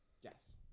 Yes